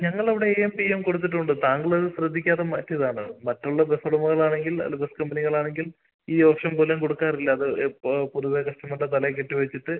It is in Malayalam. ഞങ്ങളവിടെ എ എം പി എം കൊടുത്തിട്ടുണ്ട് താങ്കളത് ശ്രദ്ധിക്കാതെ മാറ്റിയതാണ് മറ്റുള്ള ബസ്സുടമകളാണെങ്കിൽ അല്ല ബസ്സ് കമ്പനികളാണെങ്കിൽ ഈ ഓപ്ഷൻ പോലും കൊടുക്കാറില്ല അത് പൊതുവെ കസ്റ്റമർടെ തലയിൽ കെട്ടി വെച്ചിട്ട്